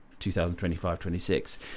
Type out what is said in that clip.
2025-26